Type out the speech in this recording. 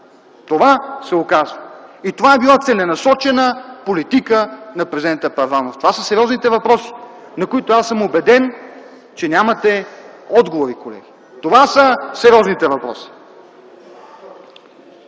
Това се оказва и това е била целенасочена политика на президента Първанов. Това са сериозните въпроси, на които аз съм убеден, че нямате отговори, колеги. Това са сериозните въпроси!